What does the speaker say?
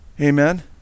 Amen